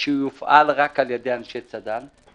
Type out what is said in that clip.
שיופעל רק על ידי אנשי צד"ל.